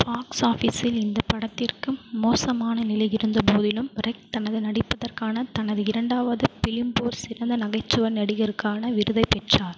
box ஆஃபீஸில் இந்த படத்திற்கு மோசமான நிலை இருந்தபோதிலும் ரெக் தனது நடிப்பதற்கான தனது இரண்டாவது பிலிம்போர் சிறந்த நகைச்சுவை நடிகருக்கான விருதைப் பெற்றார்